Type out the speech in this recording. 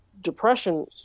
depression